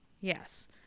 Yes